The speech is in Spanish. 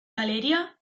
valeria